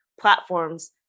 platforms